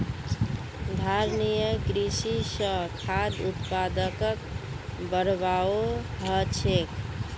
धारणिये कृषि स खाद्य उत्पादकक बढ़ववाओ ह छेक